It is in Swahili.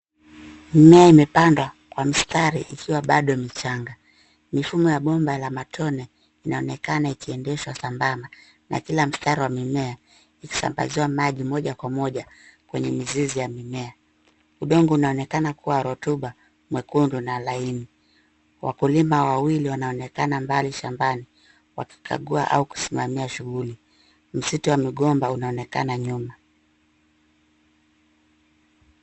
Mimea imepangwa kwa mistari ikiwa bado michanga. Mfumo wa umwagiliaji wa matone unaonekana ukiendesha sambamba, na kila mstari wa mimea ukipokea maji moja kwa moja kwenye mizizi yake. Udongo unaonekana kuwa rutuba, mwekundu na laini. Wakulima wawili wanaonekana mbali shambani, wakikagua au kusimamia shughuli. Msitu wa migomba unaonekana nyuma. Mfumo wa umwagiliaji wa matone unaonekana ukiendesha sambamba.